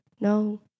No